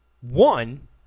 One